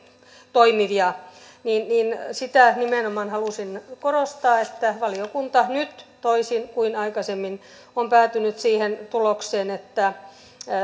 toimivia niin niin sitä nimenomaan halusin korostaa että valiokunta nyt toisin kuin aikaisemmin on päätynyt siihen tulokseen että